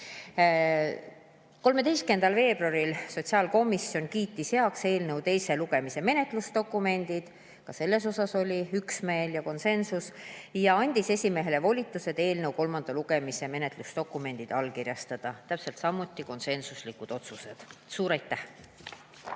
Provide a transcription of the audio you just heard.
13. veebruaril sotsiaalkomisjon kiitis heaks eelnõu teise lugemise menetlusdokumendid – ka selles oli üksmeel ehk konsensus – ja andis esimehele volitused eelnõu kolmanda lugemise menetlusdokumendid allkirjastada. Need olid täpselt samuti konsensuslikud otsused. Suur